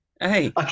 Hey